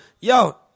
yo